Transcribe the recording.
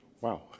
Wow